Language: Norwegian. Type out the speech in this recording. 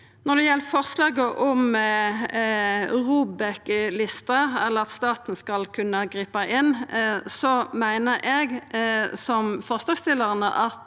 Når det gjeld forslaget om ROBEK-lista, eller at staten skal kunna gripa inn, meiner eg, som forslagsstillarane, at